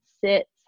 sits